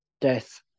death